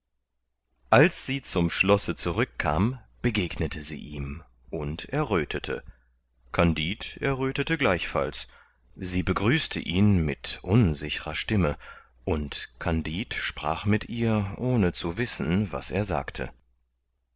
als sie zum schlosse zurückkam begegnete sie ihm und erröthete kandid erröthete gleichfalls sie begrüßte ihn mit unsichrer stimme und kandid sprach mit ihr ohne zu wissen was er sagte